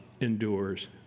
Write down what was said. endures